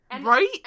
Right